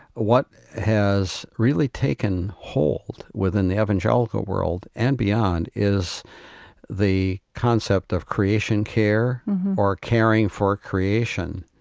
what has really taken hold within the evangelical world and beyond is the concept of creation care or caring for creation.